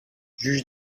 juge